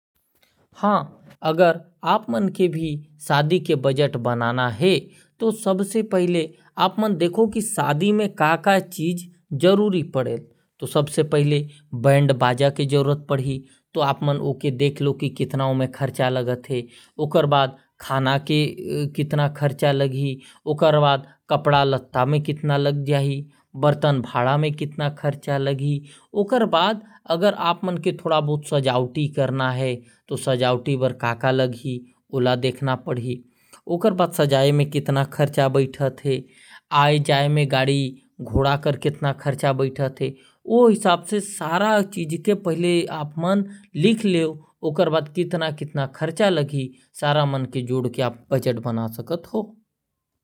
शादी के बजट बनाए बर । सबसे पहले का का चीज में खर्चा लगही ओला देखना पढ़ी। बैंड बाजा के खर्चा, खाना के खर्चा, कपड़ा के खर्चा, बर्तन भाड़ा के खर्चा। ओकर बाद सजावट के खर्चा आए जाए के खर्चा सब ल लिख के जोड़ के बजट बना सकत ही।